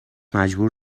مجبور